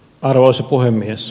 arvoisa puhemies